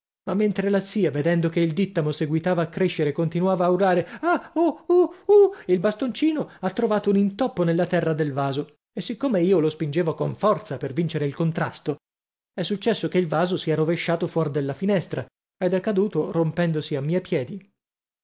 mentre la zia vedendo che il dìttamo seguitava a crescere continuava a urlare ah oh oh uh il bastoncino ha trovato un intoppo nella terra del vaso e siccome io lo spingevo con forza per vincere il contrasto è successo che il vaso si è rovesciato fuor della finestra ed è caduto rompendosi a miei piedi